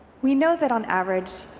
we know that on average,